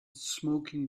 smoking